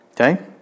Okay